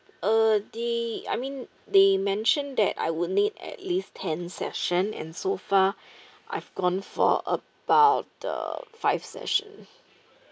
uh the I mean they mentioned that I would need at least ten session and so far I've gone for about the five session